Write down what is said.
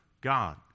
God